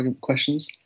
questions